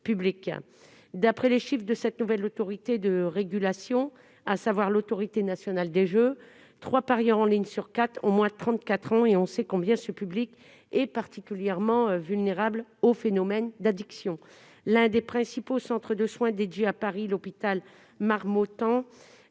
D'après les chiffres de la nouvelle autorité de régulation, l'Autorité nationale des jeux (ANJ), trois parieurs en ligne sur quatre ont moins de 34 ans, et l'on sait combien ce public est particulièrement vulnérable aux phénomènes d'addiction. L'un des principaux centres de soins dédiés à Paris, l'hôpital Marmottan,